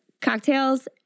cocktails